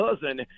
cousin